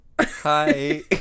hi